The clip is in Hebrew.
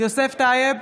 יוסף טייב,